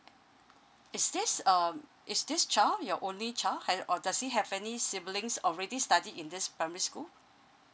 is this um is this child your only child ha~ or does he have any siblings already study in this primary school